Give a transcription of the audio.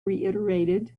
reiterated